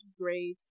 great